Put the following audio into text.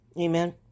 Amen